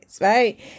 right